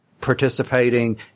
participating